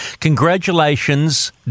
Congratulations